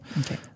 Okay